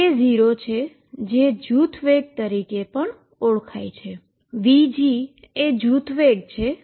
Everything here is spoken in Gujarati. એ k0 છે જે ગ્રુપ વેલોસીટી તરીકે ઓળખાય છે vg એ ગ્રુપ વેલોસીટી છે